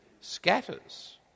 scatters